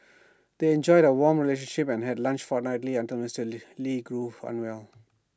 they enjoyed A warm relationship and had lunch fortnightly until Mister lee grew unwell